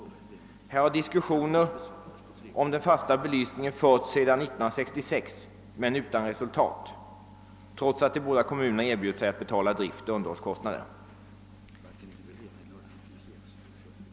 Här har diskussioner om den fasta belysningen förts sedan 1966, men utan resultat trots att de båda kommunerna erbjudit sig att betala driftoch underhållskostnaderna.